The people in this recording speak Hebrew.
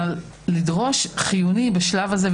אבל לדרוש חיוני בשלב הזה,